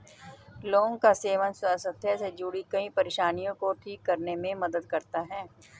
लौंग का सेवन स्वास्थ्य से जुड़ीं कई परेशानियों को ठीक करने में मदद करता है